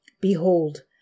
Behold